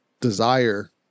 desire